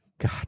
god